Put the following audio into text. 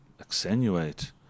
accentuate